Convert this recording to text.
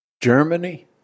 Germany